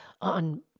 on